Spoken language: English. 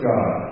God